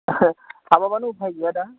हाबाबानो उफाय गैया दा